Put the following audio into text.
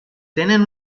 tenen